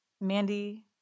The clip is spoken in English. Mandy